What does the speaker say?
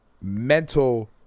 mental